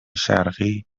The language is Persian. شرقی